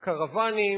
קרוונים,